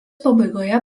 pabaigoje